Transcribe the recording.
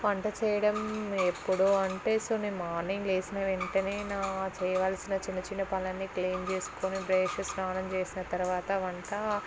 వంట చేయడం ఎప్పుడు అంటే సో నేను మార్నింగ్ లేచిన వెంటనే నా చేయవలసిన చిన్న చిన్న పనులు అన్నీ క్లీన్ చేసుకుని బ్రష్ స్నానం చేసిన తర్వాత వంట